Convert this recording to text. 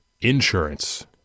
Insurance